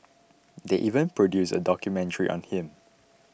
they even produced a documentary on him